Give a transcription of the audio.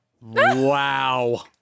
Wow